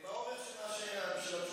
באורך של התשובה.